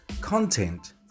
content